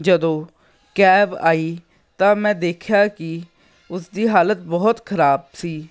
ਜਦੋਂ ਕੈਬ ਆਈ ਤਾਂ ਮੈਂ ਦੇਖਿਆ ਕਿ ਉਸ ਦੀ ਹਾਲਤ ਬਹੁਤ ਖ਼ਰਾਬ ਸੀ